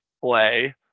play